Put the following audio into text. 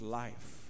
life